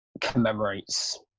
commemorates